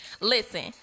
Listen